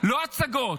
לא הצגות.